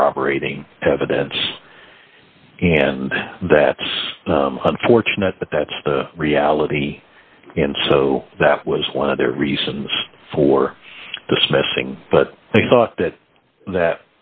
corroborating evidence and that's unfortunate but that's the reality and so that was one of their reasons for dismissing but they thought that that